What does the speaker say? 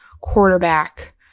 quarterback